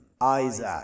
Isaac